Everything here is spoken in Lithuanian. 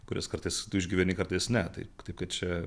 kurias kartais tu išgyveni kartais ne tai taip kad čia